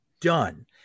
done